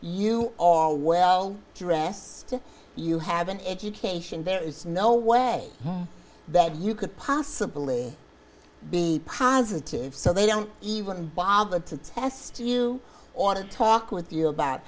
you are well dressed you have an education there is no way that you could possibly be positive so they don't even bother to test you ought to talk with you about